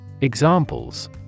Examples